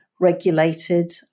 regulated